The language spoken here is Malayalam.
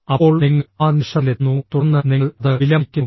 അപ്പോൾ നിങ്ങൾ ആ നിമിഷത്തിലെത്തുന്നു തുടർന്ന് നിങ്ങൾ അത് വിലമതിക്കുന്നു